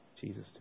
Jesus